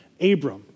Abram